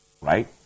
right